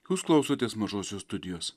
jūs klausotės mažosios studijos